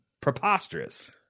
preposterous